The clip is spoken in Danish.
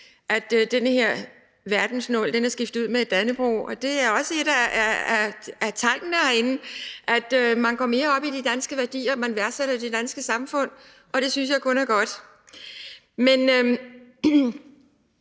at hans nål med verdensmålene er skiftet ud med en nål med et dannebrog. Det er også et af tegnene herinde, at man går mere op i danske værdier og værdsætter det danske samfund. Det synes jeg kun er godt. Men